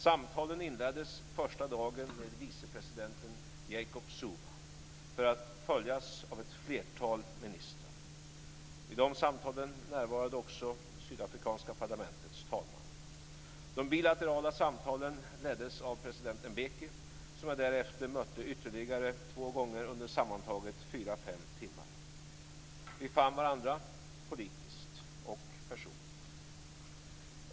Samtalen inleddes den första dagen med vicepresidenten Jacob Zuma för att följas av ett flertal ministrar. Vid de samtalen närvarade också det sydafrikanska parlamentets talman. De bilaterala samtalen leddes av president Mbeki, som jag därefter mötte ytterligare två gånger under sammantaget fyra fem timmar. Vi fann varandra politiskt och personligt.